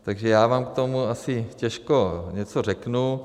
Takže já vám k tomu asi těžko něco řeknu.